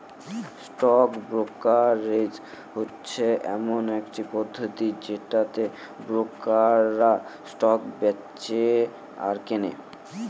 stock brokerage হচ্ছে এমন একটি পদ্ধতি যেটাতে ব্রোকাররা স্টক বেঁচে আর কেনে